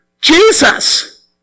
Jesus